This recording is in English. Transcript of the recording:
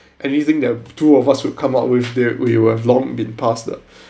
anything that two of us would come up with we would have long been past ah